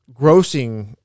grossing